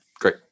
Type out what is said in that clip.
great